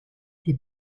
die